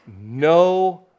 No